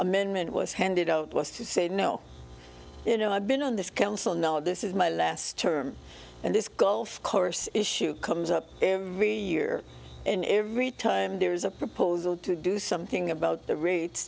amendment was handed out was to say no you know i've been on this council now this is my last term and this golf course issue comes up every year and every time there's a proposal to do something about the rate